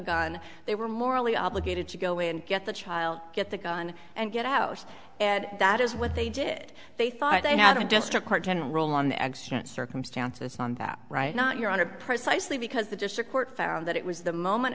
gun they were morally obligated to go and get the child get the gun and get out and that is what they did they thought they had a district court general on the extreme circumstances on that not your honor precisely because the district court found that it was the moment